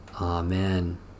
Amen